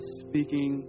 speaking